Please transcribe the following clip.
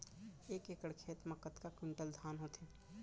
एक एकड़ खेत मा कतका क्विंटल धान होथे?